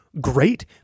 great